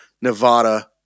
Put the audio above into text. Nevada